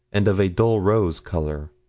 and of a dull-rose color,